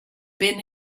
been